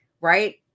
Right